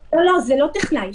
לא טכנאי.